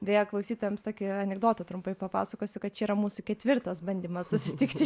beje klausytojams tokį anekdotą trumpai papasakosiu kad čia yra mūsų ketvirtas bandymas susitikti